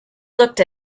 looked